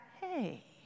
hey